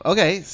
Okay